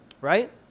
right